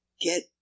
get